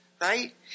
Right